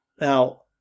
Now